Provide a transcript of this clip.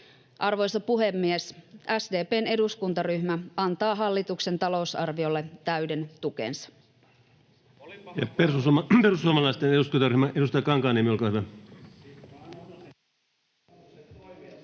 Arvoisa puhemies! SDP:n eduskuntaryhmä antaa hallituksen talousarviolle täyden tukensa.